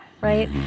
Right